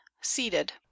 seated